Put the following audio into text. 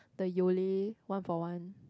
the Yole one for one